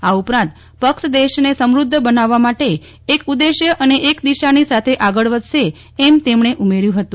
આ ઉપરાંત પક્ષ દેશને સમુદ્ધ બનાવવા માટે એક ઉદ્દેશ્ય અને એક દિશાની સાથે આગળ વધશ એમ તેમણે ઉમેર્યું હતું